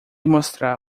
mostrar